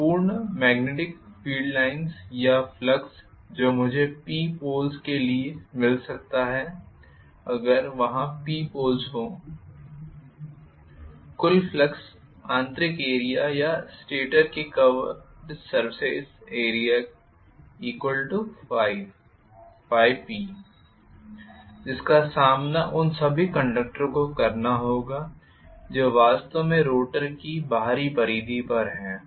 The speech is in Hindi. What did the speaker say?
तो पूर्ण मेग्नेटिक फील्ड लाइन्स या फ्लक्स जो मुझे Pपोल्स के लिए मिल सकता है अगर वहां P पोल्स हो कुल फ्लक्स आंतरिक एरिया या स्टेटर के कर्व सर्फेस एरिया ∅P जिसका सामना उन सभी कंडक्टरों को करना होगा जो वास्तव में रोटर की बाहरी परिधि पर हैं